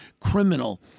criminal